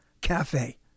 cafe